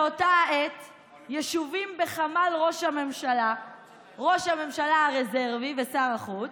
באותה העת ישובים בחמ"ל ראש הממשלה ראש הממשלה הרזרבי ושר החוץ,